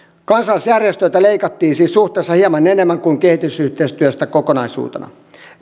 kansalaisjärjestöiltä leikattiin siis suhteessa hieman enemmän kuin kehitysyhteistyöstä kokonaisuutena